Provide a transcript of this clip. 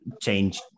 change